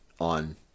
on